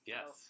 Yes